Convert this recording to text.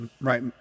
right